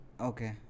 Okay